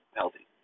healthy